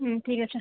হুম ঠিক আছে